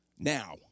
Now